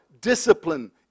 discipline